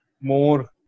more